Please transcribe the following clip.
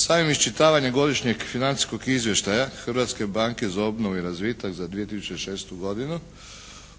Samim isčitavanjem Godišnjeg financijskog izvještaja Hrvatske banke za obnovu i razvitak za 2006. godinu.